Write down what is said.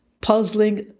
puzzling